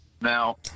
Now